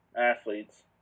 Athletes